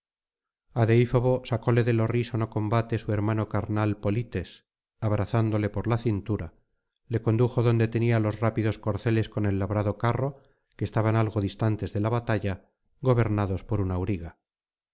deífobo sacóle del horrísono combate su hermano carnal polites abrazándole por la cintura le condujo adonde tenía los rápidos corceles con el labrado carro que estaban algo distantes de la batalla gobernados por un auriga